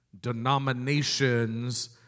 denominations